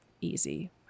easy